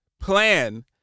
plan